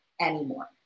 anymore